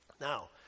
Now